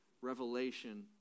revelation